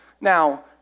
Now